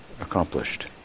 accomplished